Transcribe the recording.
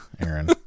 Aaron